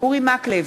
אורי מקלב,